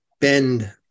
bend